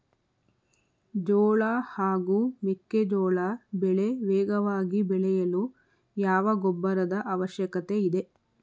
ಜೋಳ ಹಾಗೂ ಮೆಕ್ಕೆಜೋಳ ಬೆಳೆ ವೇಗವಾಗಿ ಬೆಳೆಯಲು ಯಾವ ಗೊಬ್ಬರದ ಅವಶ್ಯಕತೆ ಇದೆ?